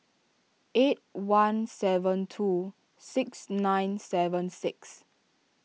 eight one seven two six nine seven six